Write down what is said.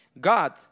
God